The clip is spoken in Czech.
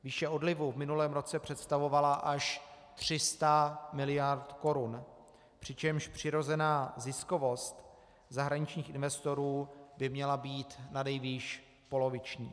Výše odlivu v minulém roce představovala až 300 miliard korun, přičemž přirozená ziskovost zahraničních investorů by měla být nanejvýš poloviční.